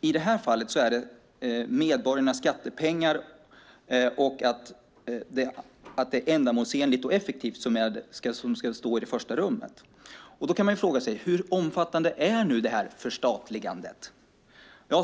i det här fallet är medborgarnas skattepengar och att det hela är ändamålsenligt och effektivt som ska stå i första rummet. Man kan fråga sig hur omfattande förstatligandet är.